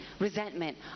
resentment